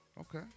Okay